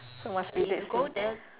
so must be dead sea